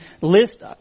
list